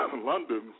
London